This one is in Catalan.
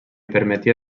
permetia